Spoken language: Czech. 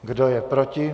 Kdo je proti?